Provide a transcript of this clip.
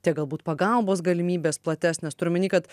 tiek galbūt pagalbos galimybės platesnės turiu omeny kad